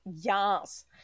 Yes